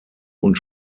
und